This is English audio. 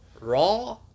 raw